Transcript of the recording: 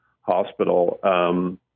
hospital